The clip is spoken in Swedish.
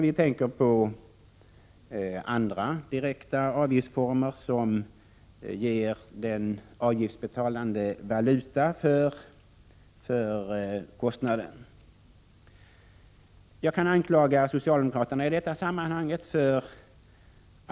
Vi tänker på andra direkta avgiftsformer som ger den avgiftsbetalande valuta för kostnaden. Jag vill anklaga socialdemokraterna i detta sammanhang.